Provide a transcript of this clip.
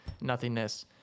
nothingness